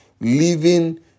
living